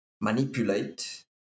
manipulate